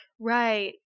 Right